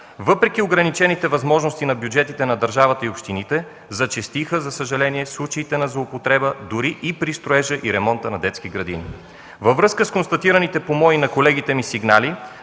Въпреки ограничените възможности на бюджетите на държавата и на общините, за съжаление, зачестиха случаите на злоупотреба дори при строежи и ремонт на детски градини. Във връзка с констатираните по мои и на колегите ми сигнали